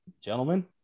gentlemen